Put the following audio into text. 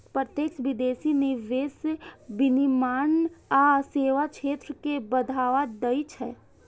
प्रत्यक्ष विदेशी निवेश विनिर्माण आ सेवा क्षेत्र कें बढ़ावा दै छै